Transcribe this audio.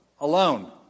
alone